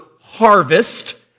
harvest